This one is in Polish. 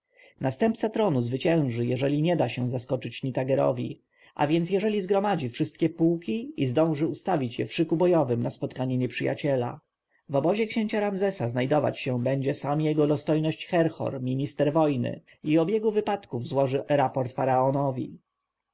następca tronu zwycięży jeżeli nie da się zaskoczyć nitagerowi a więc jeżeli zgromadzi wszystkie pułki i zdąży ustawić je w szyku bojowym na spotkanie nieprzyjaciela w obozie księcia ramzesa znajdować się będzie sam jego dostojność herhor minister wojny i o biegu wypadków złoży raport faraonowi